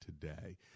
today